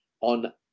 on